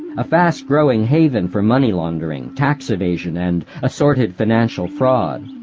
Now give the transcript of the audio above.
a fast-growing haven for money laundering, tax evasion and assorted financial fraud.